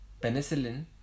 Penicillin